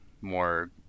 more